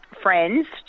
friends